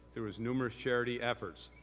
through numerous charity efforts.